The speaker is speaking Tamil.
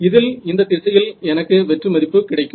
இதில் இந்தத் திசையில் எனக்கு வெற்று மதிப்பு கிடைக்கும்